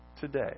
today